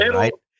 right